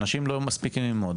אנשים לא מספיקים ללמוד.